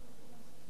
והם מתעקשים.